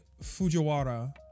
fujiwara